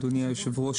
אדוני היושב-ראש,